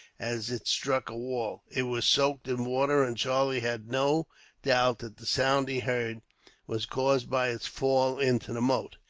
as it struck a wall. it was soaked in water, and charlie had no doubt that the sound he heard was caused by its fall into the moat,